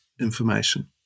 information